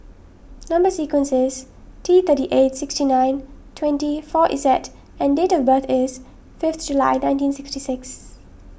Number Sequence is T thirty eight sixty nine twenty four Z and date of birth is fifth July nineteen sixty six